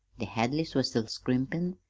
the hadleys was still scrimpin',